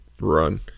run